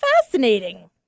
Fascinating